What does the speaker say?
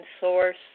source